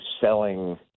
selling